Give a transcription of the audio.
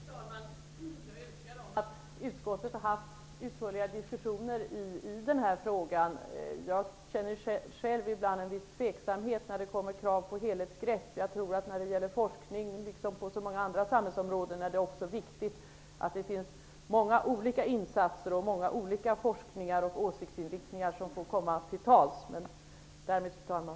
Fru talman! Jag är övertygad om att utskottet har haft utförliga diskussioner i den här frågan. Jag känner ibland en viss tveksamhet till krav på helhetsgrepp. När det gäller forskning och många andra samhällsområden är det också viktigt att det görs många olika insatser. Det behövs många olika typer av forskning, och olika åsiktsinriktningar behöver komma till uttryck.